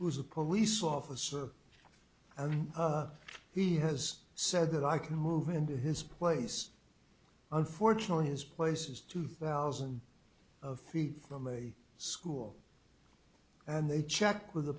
who is a police officer and he has said that i can move into his place unfortunately his place is two thousand of feet from a school and they check with the